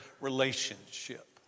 relationship